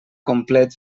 complet